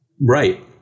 right